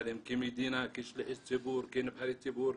כמדינה, כנבחרי ציבור,